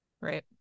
Right